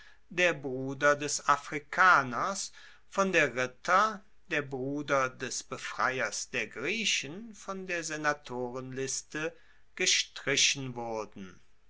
der bruder des afrikaners von der ritter der bruder des befreiers der griechen von der senatorenliste gestrichen wurden